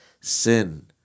sin